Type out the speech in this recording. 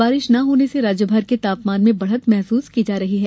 बारिश न होने से राज्यभर के तापमान में बढ़त महसूस की जा रही है